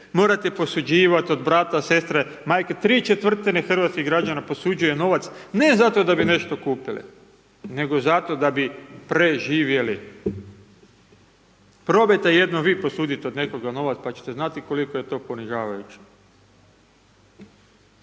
morate posuđivat od brata, sestre, majke. ¾ hrvatskih građana posuđuje novac, ne zato da bi nešto kupili, nego zato da bi preživjeli. Probajte jednom vi posuditi od nekog novac pa će te znati koliko je to ponižavajuće.